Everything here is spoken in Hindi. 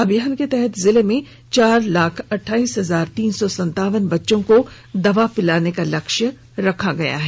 अभियान के तहत जिले में चार लाख अठाइस हजार तीन सौ सनतावन बच्चों को दवा पिलाने का लक्ष्य रखा गया है